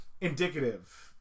indicative